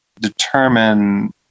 determine